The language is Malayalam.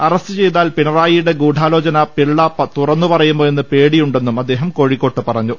അറസ്റ്റ് ചെയ്താൽ പിണറായിയുടെ ഗൂഡാ ലോചന പിള്ള തുറന്നുപറയുമോ എന്ന് പേടിയുണ്ടെന്നും അദ്ദേഹം കോഴി ക്കോട്ട് പറഞ്ഞു